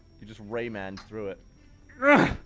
you just rayman-ed through it yeah